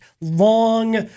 long